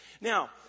now